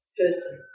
person